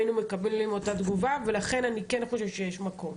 היינו מקבלים אותה תגובה ולכן אני כן חושבת שיש מקום,